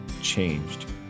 changed